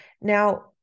Now